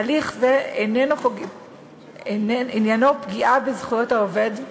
הליך זה עניינו פגיעה בזכויות העובד,